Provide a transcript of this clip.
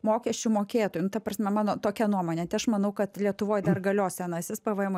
mokesčių mokėtojų nu ta prasme mano tokia nuomonė tai aš manau kad lietuvoj dar galios senasis pvmo